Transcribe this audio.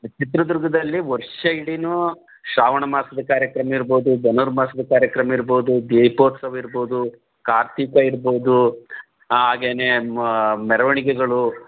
ಚಿತ್ರದುರ್ಗದಲ್ಲಿ ವರ್ಷ ಇಡೀ ಶ್ರಾವಣ ಮಾಸದ ಕಾರ್ಯಕ್ರಮ ಇರ್ಬೋದು ಧನುರ್ಮಾಸದ ಕಾರ್ಯಕ್ರಮ ಇರ್ಬೋದು ದೀಪೋತ್ಸವ ಇರ್ಬೋದು ಕಾರ್ತಿಕ ಇರ್ಬೋದು ಹಾಗೆಯೇ ಮೆರವಣಿಗೆಗಳು